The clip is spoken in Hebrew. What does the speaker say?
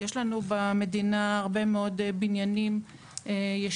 יש לנו במדינה הרבה מאוד בניינים ישנים.